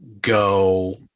go